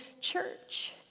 church